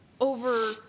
over